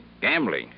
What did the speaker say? Gambling